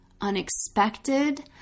unexpected